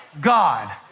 God